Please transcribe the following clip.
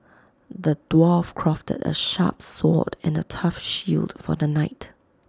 the dwarf crafted A sharp sword and A tough shield for the knight